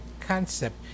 concept